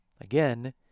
Again